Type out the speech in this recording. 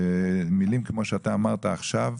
כמו מילים כמו שאתה אמרת עכשיו.